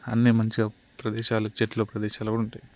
అన్నీ మంచిగా ప్రదేశాలు చెట్లు ప్రదేశాలు కూడా ఉంటాయి